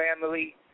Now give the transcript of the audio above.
family